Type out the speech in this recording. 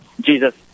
Jesus